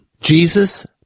Jesus